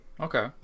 okay